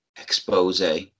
expose